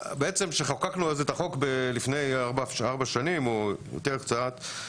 כשחוקקנו את החוק לפני ארבע שנים או קצת יותר,